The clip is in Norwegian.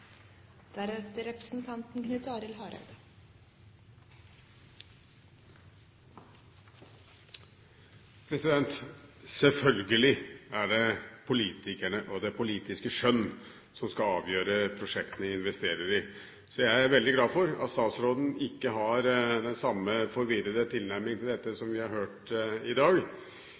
det politikerne og det politiske skjønn som skal avgjøre prosjektene vi investerer i, så jeg er veldig glad for at statsråden ikke har den samme forvirrede tilnærming til dette som vi har hørt i dag.